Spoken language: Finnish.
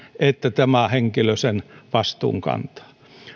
että tämä henkilö sen vastuun kantaa